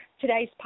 today's